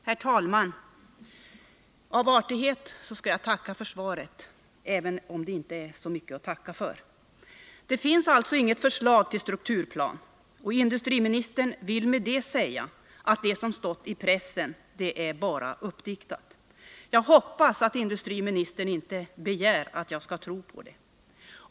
Herr talman! Av artighet skall jag tacka för svaret — även om det inte är så mycket att tacka för. Enligt industriministern finns det alltså inget förslag till strukturplan. Industriministern vill med detta säga att det som har stått i pressen bara är uppdiktat. Jag hoppas att industriministern inte begär att jag skall tro på detta.